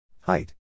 Height